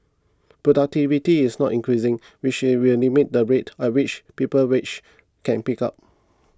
productivity is not increasing which will limit the rate at which people's wages can pick up